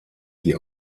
die